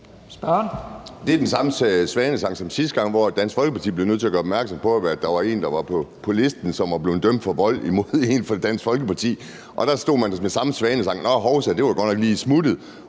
Det er den samme svada som sidste gang, hvor Dansk Folkeparti blev nødt til at gøre opmærksom på, at der var en, der var på listen, som var blevet dømt for vold imod en fra Dansk Folkeparti. Der stod man og kom med den samme svada og sagde: Hovsa, den var godt nok lige smuttet.